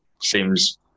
seems